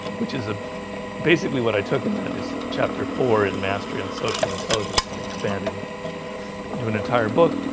which is a basically what i took in that is chapter four and mastery on social intelligence and expanded it into an entire book,